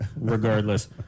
regardless